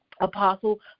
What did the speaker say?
Apostle